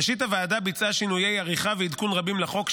ראשית הוועדה ביצעה שינויי עריכה ועדכון רבים לחוק,